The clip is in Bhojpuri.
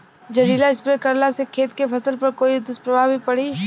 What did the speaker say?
जहरीला स्प्रे करला से खेत के फसल पर कोई दुष्प्रभाव भी पड़ी?